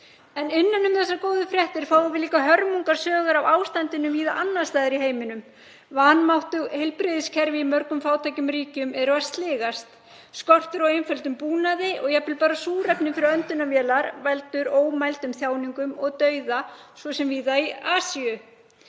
En innan um þessar góðu fréttir fáum við líka hörmungarsögur af ástandinu víða annars staðar í heiminum. Vanmáttug heilbrigðiskerfi í mörgum fátækum ríkjum eru að sligast. Skortur á einföldum búnaði og jafnvel bara súrefni fyrir öndunarvélar veldur ómældum þjáningum og dauða, svo sem víða í Asíu.